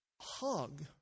hug